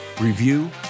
review